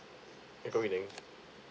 account winning